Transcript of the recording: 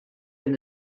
and